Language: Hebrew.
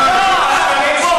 קדימה,